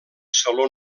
saló